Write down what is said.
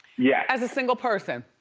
yeah. as a single person.